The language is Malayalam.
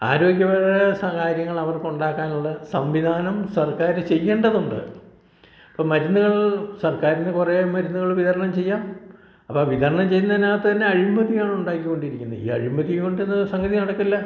ആരോഗ്യപരമായ കാര്യങ്ങൾ അവർക്ക് ഉണ്ടാക്കാനുള്ള സംവിധാനം സർക്കാർ ചെയ്യേണ്ടതുണ്ട് അപ്പം മരുന്നുകൾ സർക്കാരിന് കുറേ മരുന്നുകൾ വിതരണം ചെയ്യാം അപ്പം ആ വിതരണം ചെയ്യുന്നതിനകത്ത് തന്നെ അഴിമതിയാണ് ഉണ്ടായിക്കൊണ്ടിരിക്കുന്നത് ഈ അഴിമതി കൊണ്ട് സംഗതി നടക്കില്ല